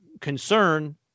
concern